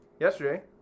yesterday